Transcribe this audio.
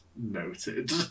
noted